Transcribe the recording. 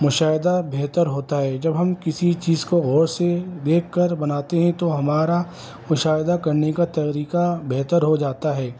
مشاہدہ بہتر ہوتا ہے جب ہم کسی چیز کو غور سے دیکھ کر بناتے ہیں تو ہمارا مشاہدہ کرنے کا طریقہ بہتر ہو جاتا ہے